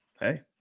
hey